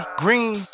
green